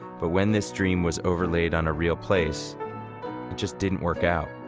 but when this dream was overlaid on a real place, it just didn't work out